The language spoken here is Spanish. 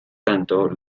tanto